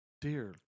dear